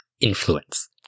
influence